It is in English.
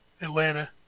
Atlanta